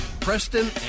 Preston